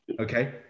okay